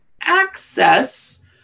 access